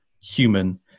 human